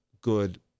good